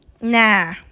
nah